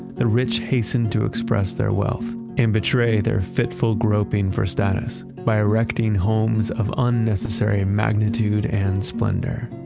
the rich hasten to express their wealth and betray their fitful groping for status by erecting homes of unnecessary magnitude and splendor.